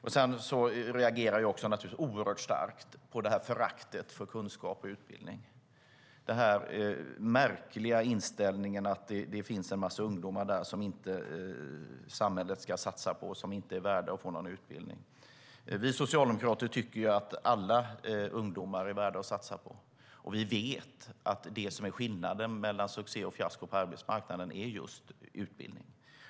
Jag reagerar naturligtvis oerhört starkt på detta förakt för kunskap och utbildning, på den märkliga inställningen att det finns en massa ungdomar som inte samhället ska satsa på och som inte är värda att få någon utbildning. Vi socialdemokrater tycker att alla ungdomar är värda att satsa på, och vi vet att det som är skillnaden mellan succé och fiasko på arbetsmarknaden är just utbildning.